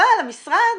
אבל המשרד